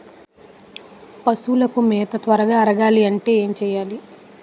పశువులకు మేత త్వరగా అరగాలి అంటే ఏంటి చేయాలి?